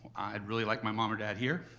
i'd really like my mom or dad here,